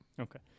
Okay